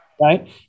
Right